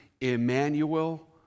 Emmanuel